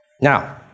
Now